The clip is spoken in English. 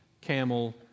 camel